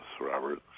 Robert